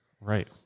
Right